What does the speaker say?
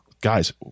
guys